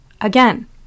Again